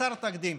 חסר תקדים.